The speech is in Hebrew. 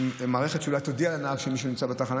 עם מערכת שתודיע לנהג שמישהו נמצא תחנה.